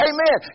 Amen